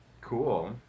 cool